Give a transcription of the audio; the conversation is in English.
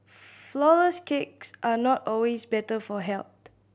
flourless cakes are not always better for health